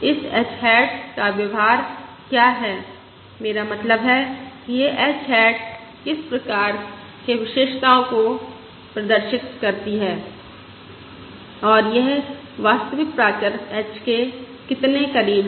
इस h hat का व्यवहार क्या है मेरा मतलब है कि यह h हैट किस प्रकार के विशेषताओं को प्रदर्शित करती है और यह वास्तविक प्राचर h के कितने करीब है